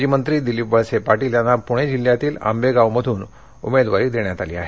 माजी मंत्री दिलीप वळसे पाटील यांना पूणे जिल्ह्यातीलआंबेगाव मधून उमेदवारी देण्यात आली आहे